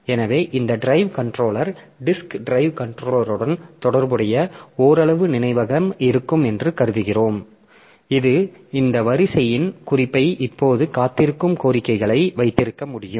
எனவே இந்த drive controller disk drive கன்ட்ரோலருடன் தொடர்புடைய ஓரளவு நினைவகம் இருக்கும் என்று கருதுகிறோம் இது இந்த வரிசையின் குறிப்பை இப்போது காத்திருக்கும் கோரிக்கைகளை வைத்திருக்க முடியும்